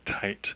tight